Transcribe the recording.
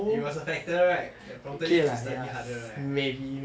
it was a factor right that prompted you to study harder right